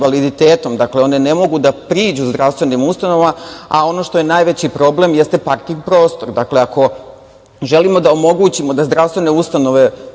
invaliditetom, dakle, one ne mogu da priđu zdravstvenim ustanovama, a ono što je najveći problem jeste parking prostor. Dakle, ako želimo da omogućimo da zdravstvene ustanove